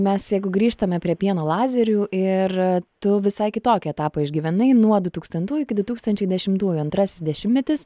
mes jeigu grįžtame prie pieno lazerių ir tu visai kitokį etapą išgyvenai nuo du tūkstantųjų iki du tūkstančiai dešimtųjų antrasis dešimtmetis